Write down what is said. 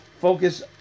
focus